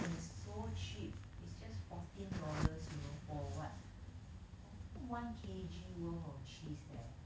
and is so cheap it's just fourteen dollars you know for what I think one K_G worth of cheese leh